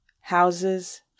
Houses